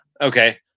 Okay